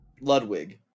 Ludwig